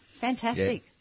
fantastic